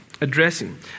addressing